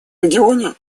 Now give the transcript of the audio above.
регионе